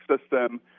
system